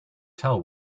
tell